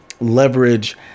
leverage